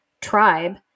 tribe